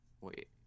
wait